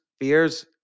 fears